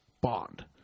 Bond